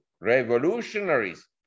revolutionaries